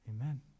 Amen